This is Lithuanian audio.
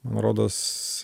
man rodos